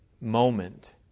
moment